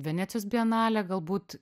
venecijos bienalė galbūt